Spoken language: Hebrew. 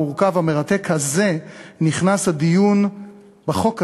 המורכב והמרתק הזה נכנס הדיון בחוק הזה,